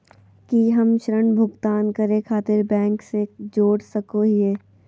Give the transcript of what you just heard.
की हम ऋण भुगतान करे खातिर बैंक से जोड़ सको हियै?